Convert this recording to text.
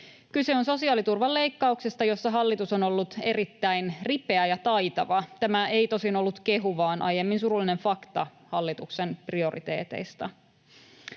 Kyse on sosiaaliturvan leikkauksesta, joissa hallitus on ollut erittäin ripeä ja taitava. Tämä ei tosin ollut kehu, vaan ennemmin surullinen fakta hallituksen prioriteeteista.